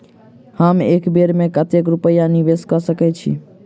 हम एक बेर मे कतेक रूपया निवेश कऽ सकैत छीयै?